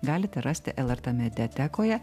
galite rasti lrt mediatekoje